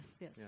yes